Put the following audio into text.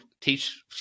teach